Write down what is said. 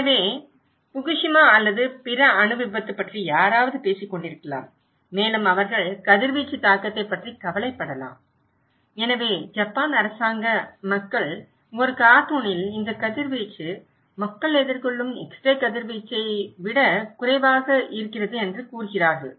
எனவே புகுஷிமா அல்லது பிற அணு விபத்து பற்றி யாராவது பேசிக் கொண்டிருக்கலாம் மேலும் அவர்கள் கதிர்வீச்சு தாக்கத்தைப் பற்றி கவலைப்படலாம் எனவே ஜப்பான் அரசாங்க மக்கள் ஒரு கார்ட்டூனில் இந்த கதிர்வீச்சு மக்கள் எதிர்கொள்ளும் எக்ஸ்ரே கதிர்வீச்சை குறைவாக இருப்பதை விடக் குறைவு என்று கூறுகிறார்கள்